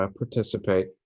participate